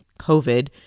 COVID